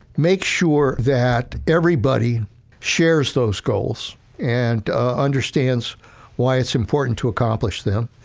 make sure that everybody shares those goals and ah understands why it's important to accomplish them,